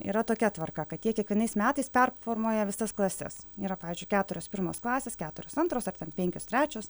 yra tokia tvarka kad jie kiekvienais metais performuoja visas klases yra pavyzdžiui keturios pirmos klasės keturios antros ar ten penkios trečios